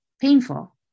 painful